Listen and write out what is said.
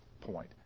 point